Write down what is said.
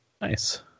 Nice